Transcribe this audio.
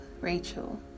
Rachel